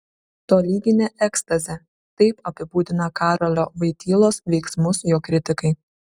tolyginė ekstazė taip apibūdina karolio voitylos veiksmus jo kritikai